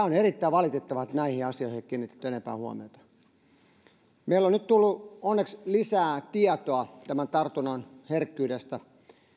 on erittäin valitettavaa että näihin asioihin ei ole kiinnitetty enempää huomiota meille on nyt tullut onneksi lisää tietoa tämän tartunnan herkkyydestä